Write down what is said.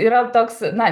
yra toks na